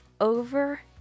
over-